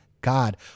God